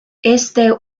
este